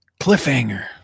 cliffhanger